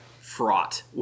fraught